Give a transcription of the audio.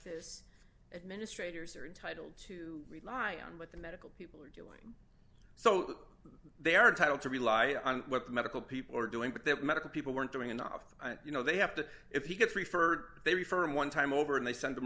this administrators are entitled to rely on what the medical people are so they are entitled to rely on what the medical people are doing but that medical people weren't doing enough and you know they have to if he gets referred they refer him one time over and they send them